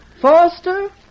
Foster